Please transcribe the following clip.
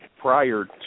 prior